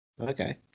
okay